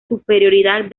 superioridad